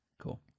Cool